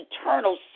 eternal